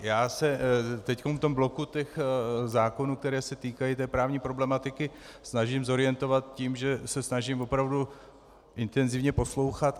Já se teď v tom bloku zákonů, které se týkají té právní problematiky, snažím zorientovat tím, že se snažím opravdu intenzivně poslouchat.